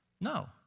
No